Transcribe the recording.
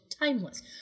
timeless